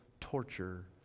torture